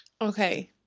Okay